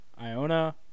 Iona